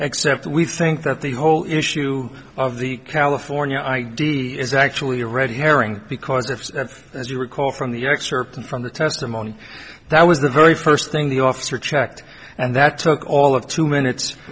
except we think that the whole issue of the california id is actually a red herring because if that's as you recall from the excerpt from the testimony that was the very first thing the officer checked and that took all of two minutes